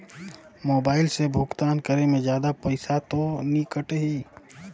Mobile से भुगतान करे मे जादा पईसा तो नि कटही?